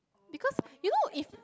because you know if